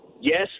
Yes